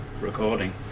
recording